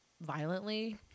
violently